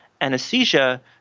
anesthesia